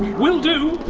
will do!